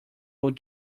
old